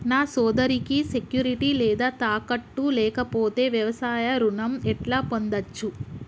నా సోదరికి సెక్యూరిటీ లేదా తాకట్టు లేకపోతే వ్యవసాయ రుణం ఎట్లా పొందచ్చు?